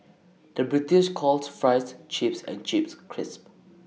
the British calls Fries Chips and Chips Crisps